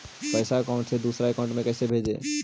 पैसा अकाउंट से दूसरा अकाउंट में कैसे भेजे?